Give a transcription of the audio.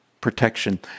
protection